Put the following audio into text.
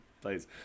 Please